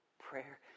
prayer